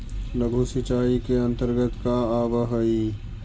लघु सिंचाई के अंतर्गत का आव हइ?